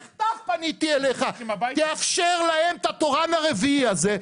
בכתב פניתי אליך, תאפשר להם את התורן הרביעי הזה.